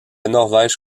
norvège